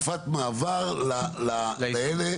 תקופת מעבר לאלה